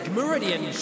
Meridian